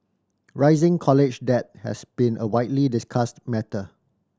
rising college debt has been a widely discussed matter